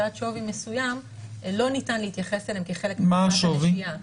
שעד שווי מסוים לא ניתן להתייחס אליהם כחלק קופת הנשייה.